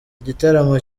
igitaramo